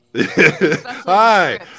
Hi